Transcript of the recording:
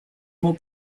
more